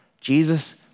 Jesus